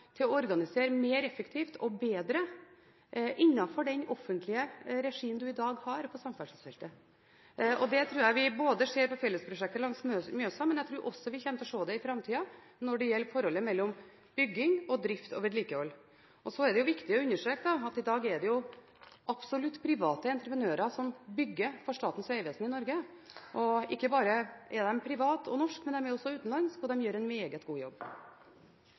til å organisere mer effektivt og bedre innenfor den offentlige regien man i dag har på samferdselsfeltet. Det tror jeg vi ser når det gjelder fellesprosjektet langs Mjøsa, og jeg tror vi også kommer til å se det i framtiden når det gjelder forholdet mellom bygging, drift og vedlikehold. Så er det viktig å understreke at i dag er det absolutt private entreprenører som bygger for Statens vegvesen i Norge. De er ikke bare private og norske, de er også utenlandske, og de gjør en meget god jobb.